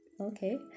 okay